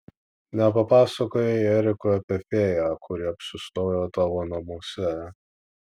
nepapasakojai erikui apie fėją kuri apsistojo tavo namuose